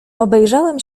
obejrzałem